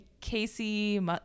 Casey